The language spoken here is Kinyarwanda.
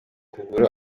ukuguru